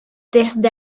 desde